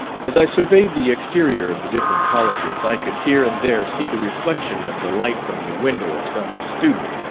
as i surveyed the exterior of the different colleges, i could here and there see the reflection of the light from the window of some student,